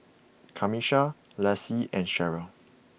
Camisha Lacy and Sheryll